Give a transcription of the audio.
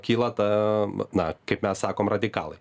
kyla ta na kaip mes sakom radikalai